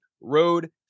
road